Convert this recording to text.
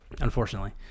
Unfortunately